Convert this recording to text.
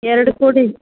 ಎರಡು ಕೊಡಿ